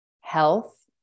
health